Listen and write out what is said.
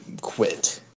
quit